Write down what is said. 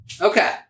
Okay